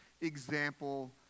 example